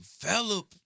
develop